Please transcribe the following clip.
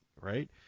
right